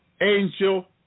angel